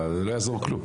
לא יעזור כלום.